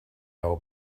old